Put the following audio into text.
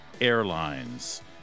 airlines